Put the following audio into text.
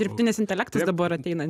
dirbtinis intelektas dabar ateina